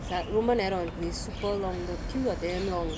நா ரொம்ப நேரோ இருந்து:na romba nero irunthu super long the queue are damn long